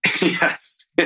Yes